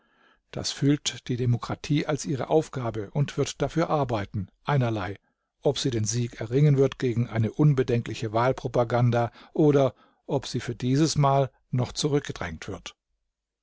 das fühlt die demokratie als ihre aufgabe und wird dafür arbeiten einerlei ob sie den sieg erringen wird gegen eine unbedenkliche wahlpropaganda oder ob sie für dieses mal noch zurückgedrängt wird